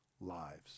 lives